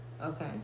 Okay